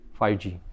5G